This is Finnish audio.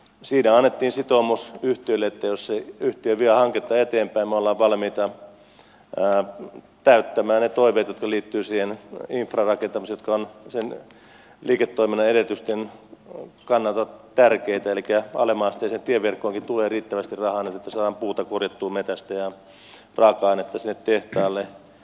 siinä annettiin sitoumus yhtiölle että jos se yhtiö vie hanketta eteenpäin me olemme valmiita täyttämään ne toiveet jotka liittyvät siihen infran rakentamiseen jotka ovat sen liiketoiminnan edellytysten kannalta tärkeitä elikkä alemmanasteiseen tieverkkoonkin tulee riittävästi rahaa nyt että saadaan puuta korjattua metsästä ja raaka ainetta sinne tehtaalle